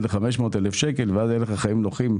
ב-500 אלף שקלים ואז יהיו לך חיים נוחים,